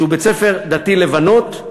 שהוא בית-ספר דתי לבנות.